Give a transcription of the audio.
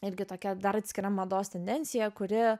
netgi tokia dar atskira mados tendencija kuri